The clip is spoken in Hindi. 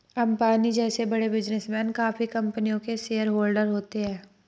अंबानी जैसे बड़े बिजनेसमैन काफी कंपनियों के शेयरहोलडर होते हैं